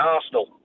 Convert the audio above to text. Arsenal